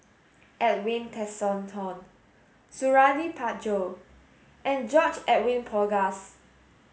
Edwin Tessensohn Suradi Parjo and George Edwin Bogaars